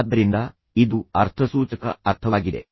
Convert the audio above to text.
ಆದ್ದರಿಂದ ಇದು ಅರ್ಥಸೂಚಕ ಅರ್ಥವಾಗಿದೆ